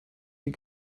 die